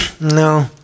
no